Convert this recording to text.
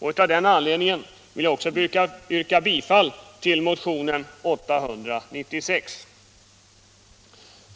Därför vill jag också yrka bifall till motionen 896.